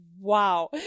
wow